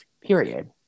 period